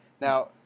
Now